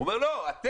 הוא אמר: אתם,